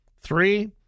Three